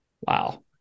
Wow